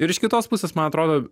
ir iš kitos pusės man atrodo